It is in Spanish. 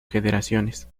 generaciones